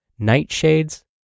nightshades